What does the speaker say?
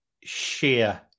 sheer